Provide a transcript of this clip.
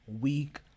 week